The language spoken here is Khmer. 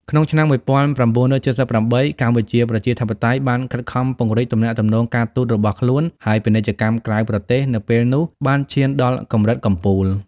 ក្នុងឆ្នាំ១៩៧៨ កម្ពុជាប្រជាធិបតេយ្យបានខិតខំពង្រីកទំនាក់ទំនងការទូតរបស់ខ្លួន ហើយពាណិជ្ជកម្មក្រៅប្រទេស នៅពេលនោះ បានឈានដល់កម្រិតកំពូល។